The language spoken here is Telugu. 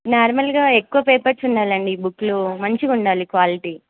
నార్మల్గా ఎక్కువ పేపర్స్ ఉండాలి అండి ఈ బుక్లో మంచిగా ఉండాలి క్వాలిటీ